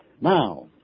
Now